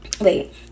wait